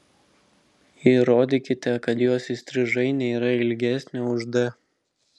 įrodykite kad jos įstrižainė yra ilgesnė už d